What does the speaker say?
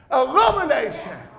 illumination